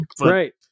right